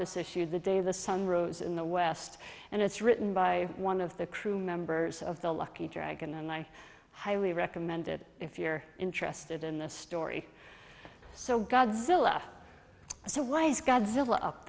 this issue of the day the sun rose in the west and it's written by one of the crew members of the lucky dragon and i highly recommend it if you're interested in the story so godzilla so why is godzilla up